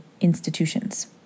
institutions